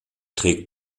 trägt